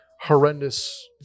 horrendous